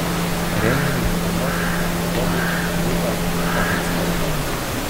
renginį moderuos teatrologė rūta oginskaitė